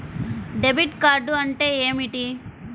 Debit card అంటే ఏమిటి?